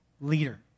leader